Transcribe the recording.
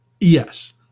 Yes